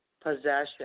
possession